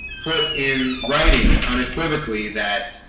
put in writing unequivocally that